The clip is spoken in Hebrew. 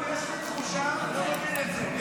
סימון, יש לי תחושה -- אני לא מבין את זה.